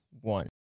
one